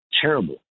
terrible